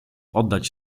oddać